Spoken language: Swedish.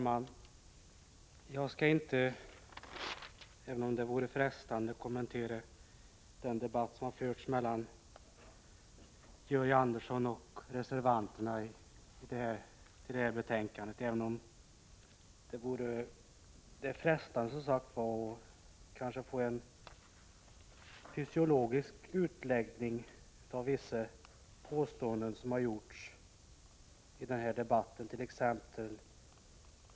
Herr talman! Även om det vore frestande, skall jag inte kommentera den 20 november 1985 debatt som har förts mellan Georg Andersson och reservanterna i det här Grundskolefrågor-.. - betänkandet. Det skulle vara frestande att få en fysiologisk utläggning av om. vissa påståenden som har gjorts i debatten.